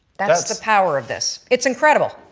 that's the power of this. it's incredible.